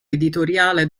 editoriale